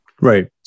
Right